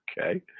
okay